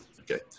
Okay